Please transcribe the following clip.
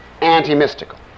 anti-mystical